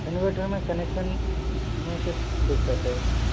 inverter में connection में सिर्फ दिक्कत है